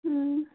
ꯎꯝ